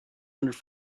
hundred